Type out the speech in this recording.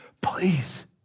Please